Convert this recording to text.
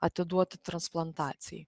atiduoti transplantacijai